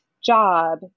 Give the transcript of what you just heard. job